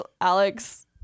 Alex